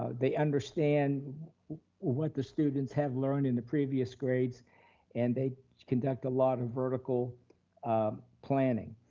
ah they understand what the students have learned in the previous grades and they conduct a lot of vertical um planning.